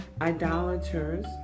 idolaters